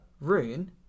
rune